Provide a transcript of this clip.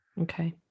Okay